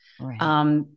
Right